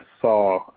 saw